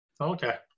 Okay